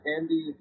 Andy